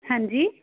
ਹਾਂਜੀ